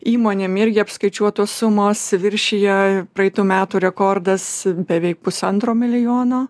įmonėm irgi apskaičiuotos sumos viršija praeitų metų rekordas beveik pusantro milijono